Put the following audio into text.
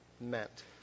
meant